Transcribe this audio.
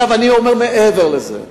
אני אומר מעבר לזה,